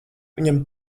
viņam